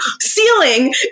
ceiling